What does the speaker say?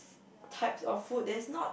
types of food there's not